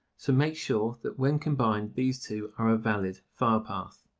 so make sure that when combined, these two are a valid file path.